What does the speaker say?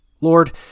Lord